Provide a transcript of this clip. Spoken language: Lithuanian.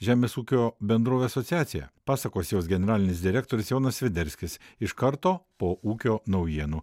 žemės ūkio bendrovių asociacija pasakos jos generalinis direktorius jonas sviderskis iš karto po ūkio naujienų